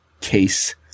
case